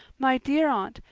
my dear aunt,